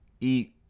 eat